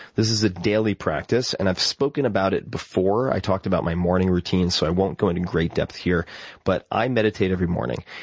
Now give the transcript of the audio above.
this is a daily practice and i've spoken about it before. i talked about my morning routine so i won't go into great depth depth here but i meditate every morning.